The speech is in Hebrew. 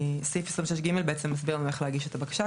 סעיף 26ג בעצם מסביר לנו איך להגיש את הבקשה,